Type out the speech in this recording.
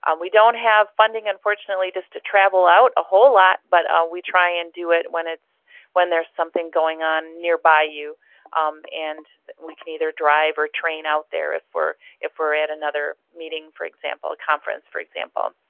um we don't have funding unfortunately just to travel out a whole lot, but ah we try and do it when when there's something going on nearby you and we can either drive or train out there if we're if we're at another meeting, for example, a conference for example.